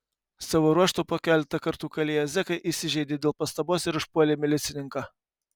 savo ruožtu po keletą kartų kalėję zekai įsižeidė dėl pastabos ir užpuolė milicininką